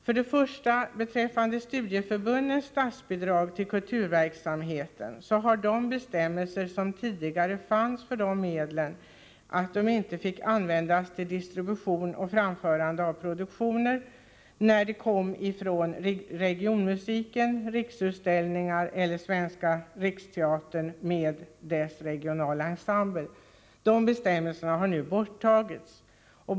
För det första, beträffande studieförbundens statsbidrag till kulturverksamhet, har de bestämmelser som tidigare fanns om att dessa medel inte fick användas till distribution och framförande av produktioner från regionmusiken, Riksutställningar eller Svenska riksteatern inkl. dess regionala ensembler, nu borttagits.